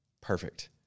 perfect